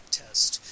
test